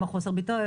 לשיווק.